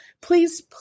please